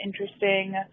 interesting